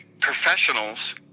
professionals